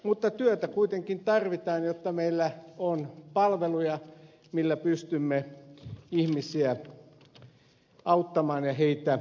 mutta työtä kuitenkin tarvitaan jotta meillä on palveluja millä pystymme ihmisiä auttamaan ja hoitamaan